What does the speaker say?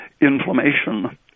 inflammation